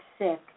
sick